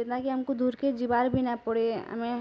ଯେନ୍ତାକି ଆମକୁ ଦୂର୍କେ ଯିବାର୍ ବି ନାହିଁ ପଡ଼େ ଆମେ